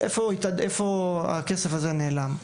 לאן הכסף הזה נעלם?